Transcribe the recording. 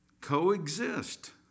coexist